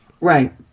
Right